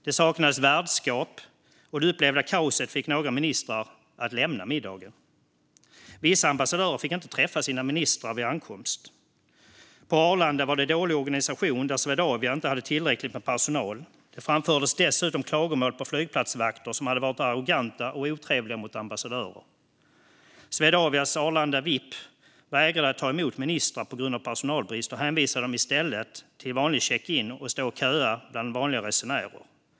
Det saknades värdskap, och det upplevda kaoset fick några ministrar att lämna middagen. Vissa ambassadörer fick inte träffa sina ministrar vid ankomst. På Arlanda var det dålig organisation då Swedavia inte hade tillräckligt med personal. Det framfördes dessutom klagomål på flygplatsvakter, som hade varit arroganta och otrevliga mot ambassadörer. Swedavias vip-service på Arlanda vägrade att ta emot ministrar på grund av personalbrist och hänvisade dem i stället till den vanliga incheckningen och att stå och köa bland vanliga resenärer.